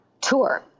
tour